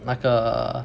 那个